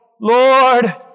Lord